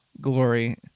Glory